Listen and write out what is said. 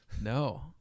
No